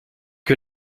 que